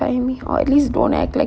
me or at least don't act like